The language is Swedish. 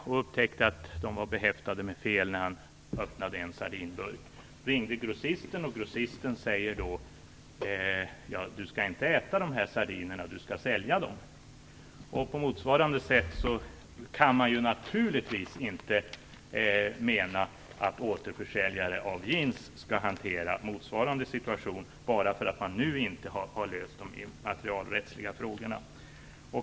Han upptäckte att de var behäftade med fel när han öppnade en sardinburk, och ringde grossisten. Grossisten säger då: Du skall inte äta sardinerna, du skall sälja dem. På motsvarande sätt kan man naturligtvis inte mena att återförsäljare av jeans skall hantera motsvarande situation, bara för att man nu inte har löst de immaterialrättsliga frågorna.